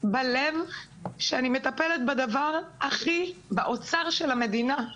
בלב כשאני מטפלת באוצר של המדינה.